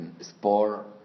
sport